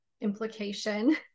implication